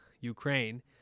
ukraine